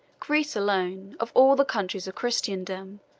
greece alone, of all the countries of christendom,